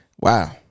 Wow